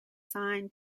signed